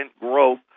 growth